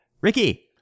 Ricky